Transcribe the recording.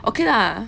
okay lah